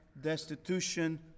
destitution